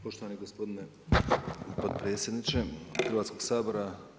Poštovani gospodine potpredsjedniče Hrvatskog sabora.